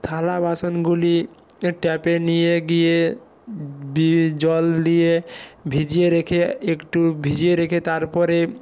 থালা বাসনগুলি এ ট্যাপে নিয়ে গিয়ে জল দিয়ে ভিজিয়ে রেখে একটু ভিজিয়ে রেখে তারপরে